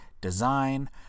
design